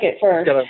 first